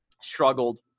struggled